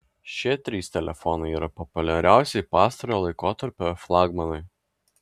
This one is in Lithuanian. šie trys telefonai yra populiariausi pastarojo laikotarpio flagmanai